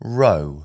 row